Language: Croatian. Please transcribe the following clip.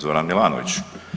Zoran Milanović.